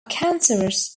cancerous